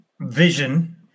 vision